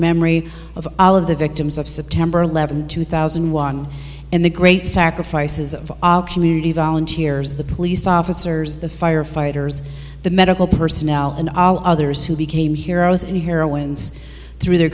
memory of all of the victims of september eleventh two thousand and one and the great sacrifices of all community volunteers the police officers the firefighters the medical personnel and others who became heroes and heroines through their